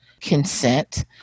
consent